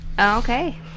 Okay